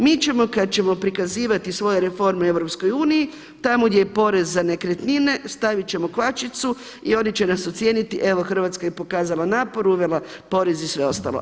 Mi ćemo kad ćemo prikazivati svoje reforme EU tamo gdje je porez za nekretnine, stavit ćemo kvačicu i oni će nas ocijeniti evo Hrvatska je pokazala napor, uvela porez i sve ostalo.